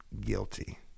guilty